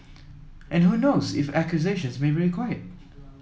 and who knows if acquisitions may be required